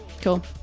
cool